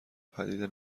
پدیده